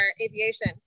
aviation